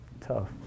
tough